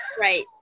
right